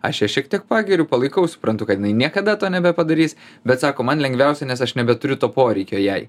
aš ją šiek tiek pagiriu palaikau suprantu kad jinai niekada to nebepadarys bet sako man lengviausia nes aš nebeturiu to poreikio jai